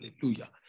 Hallelujah